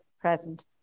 present